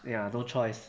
ya no choice